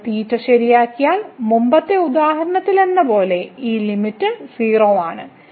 നമ്മൾ ശരിയാക്കിയാൽ മുമ്പത്തെ ഉദാഹരണത്തിലെന്നപോലെ ഈ ലിമിറ്റ് 0 ആണ്